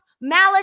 malice